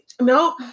No